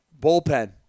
Bullpen